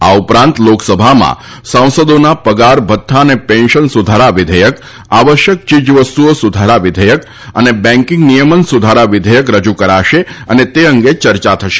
આ ઉપરાંત લોકસભામાં સાંસદોના પગાર ભથ્થા અને પેન્શન સુધારા વિધેયક આવશ્યક ચીજવસ્તુઓ સુધારા વિધેયક અને બેન્કિંગ નિયમન સુધારા વિધેયક રજૂ કરાશે અને તે અંગે ચર્ચા થશે